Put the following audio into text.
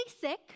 sick